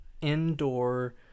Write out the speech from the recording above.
indoor